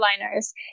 liners